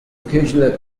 occasionally